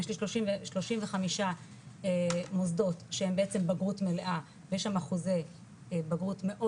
35 מוסדות שהם בעצם בגרות מלאה ויש שם אחוזי בגרות מאוד